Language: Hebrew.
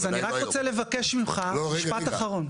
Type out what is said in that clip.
אני רק רוצה לבקש ממך משפט אחרון.